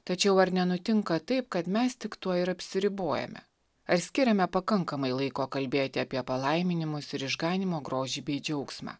tačiau ar nenutinka taip kad mes tik tuo ir apsiribojame ar skiriame pakankamai laiko kalbėti apie palaiminimus ir išganymo grožį bei džiaugsmą